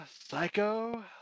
psycho